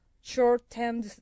short-term